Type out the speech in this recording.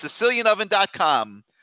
Sicilianoven.com